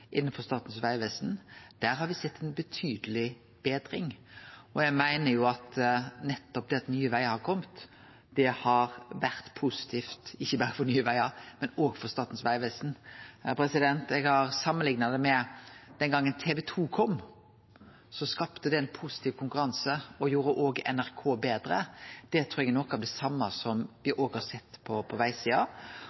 det at Nye Vegar har kome, har vore positivt, ikkje berre for Nye Vegar, men òg for Statens vegvesen. Eg har samanlikna det med den gongen TV 2 kom. Det skapte ein positiv konkurranse og gjorde òg NRK betre. Me har sett noko av det same på vegsida, og eg håpar me kan få til den same positive dynamikken òg på jernbanesida, med to utbyggingsmiljø. Så til det som